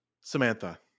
Samantha